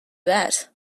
that